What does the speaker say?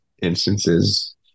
instances